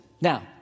Now